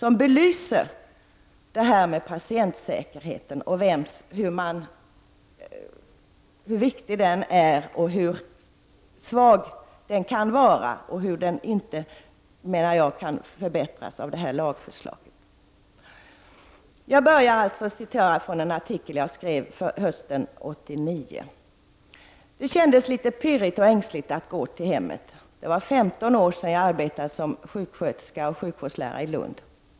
De belyser hur viktig patientsäkerheten är och hur svag den kan vara och att den inte enligt min mening kan förbättras av detta lagförslag. Detta är taget från en artikel som jag skrev hösten 1989: Det kändes litet pirrigt och ängsligt att gå till hemmet. Det var 15 år sedan jag arbetade som sjuksköterska och sjukvårdslärare i Lund.